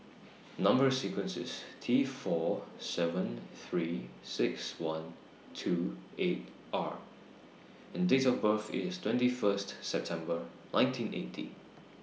Number sequence IS T four seven three six one two eight R and Date of birth IS twenty First September nineteen eighty